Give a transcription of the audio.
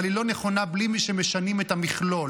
אבל היא לא נכונה בלי שמשנים את המכלול,